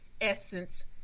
essence